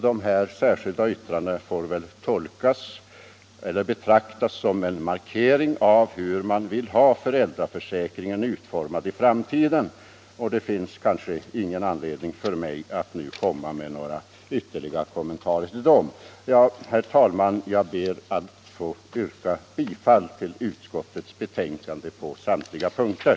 Dessa särskilda yttranden får väl betraktas som en markering av hur man vill ha föräldraförsäkringen utformad i framtiden. Det finns ingen anledning för mig att här göra några ytterligare kommentarer till det. Herr talman! Med det anförda ber jag att få yrka bifall till utskottets hemställan på samtliga punkter.